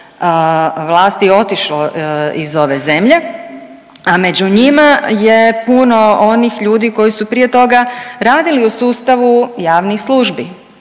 vlasti otišli iz ove zemlje. A među njima je puno onih ljudi koji su prije toga radili u sustavu javnih službi.